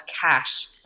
cash